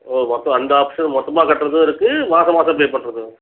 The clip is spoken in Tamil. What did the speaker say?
ஓ மொத்தம் அந்த ஆப்ஷனும் மொத்தமாக கட்டுறதும் இருக்குது மாதம் மாதம் பே பண்ணுறதும்